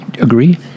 Agree